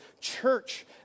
church